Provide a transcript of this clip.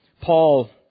Paul